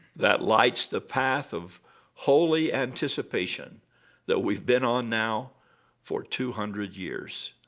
that lights the path of holy anticipation that we've been on now for two hundred years.